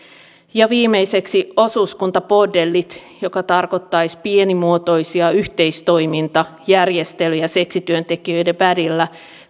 viimeiseksi osuuskuntabordellit jotka tarkoittaisivat pienimuotoisia yhteistoimintajärjestelyjä seksityöntekijöiden välillä